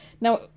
Now